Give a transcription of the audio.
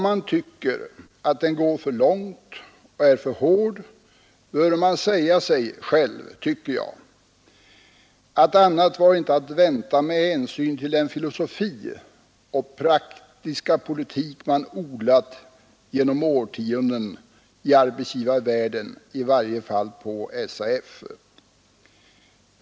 Den arbetsgivarvärld som nu talar om att frågorna i stället bort regleras genom avtal skulle ha tänkt därpå tidigare. Ty när avtalsförslag framlagts från fackligt håll, har man mest vinkat med kalla handen.